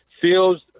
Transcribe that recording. feels